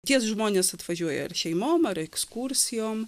tie žmonės atvažiuoja ar šeimom ar ekskursijom